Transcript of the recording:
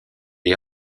est